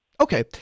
okay